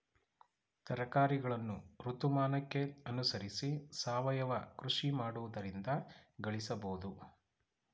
ತರಕಾರಿಗಳನ್ನು ಋತುಮಾನಕ್ಕೆ ಅನುಸರಿಸಿ ಸಾವಯವ ಕೃಷಿ ಮಾಡುವುದರಿಂದ ಗಳಿಸಬೋದು